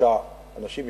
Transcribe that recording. שלושה אנשים,